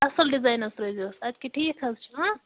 اَصٕل ڈِزایَن حظ ترٛاوزیٚوس اَدٕ کیٛاہ ٹھیٖک حظ چھُ